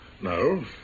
No